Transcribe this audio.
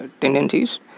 tendencies